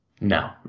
no